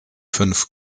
fünf